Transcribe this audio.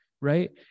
right